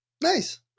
Nice